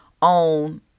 on